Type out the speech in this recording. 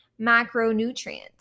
macronutrients